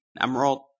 Emerald